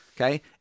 Okay